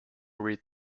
read